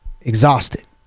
Exhausted